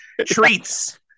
treats